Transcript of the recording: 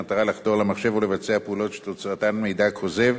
במטרה לחדור למחשב או לבצע פעולות שתוצאתן מידע כוזב,